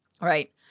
Right